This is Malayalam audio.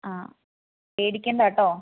ആ പേടിക്കണ്ട കെട്ടോ